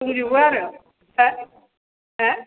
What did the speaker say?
दंजोबो आरो हा हा